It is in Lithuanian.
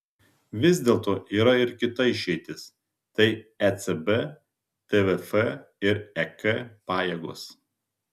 vis dėlto yra ir kita išeitis tai ecb tvf ir ek pajėgos